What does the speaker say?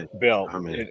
Bill